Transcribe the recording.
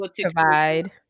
provide